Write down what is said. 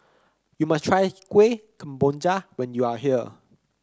you must try Kueh Kemboja when you are here